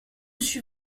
suis